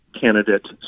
candidate